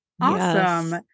Awesome